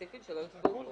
סעיפים שלא --- מבחינתנו,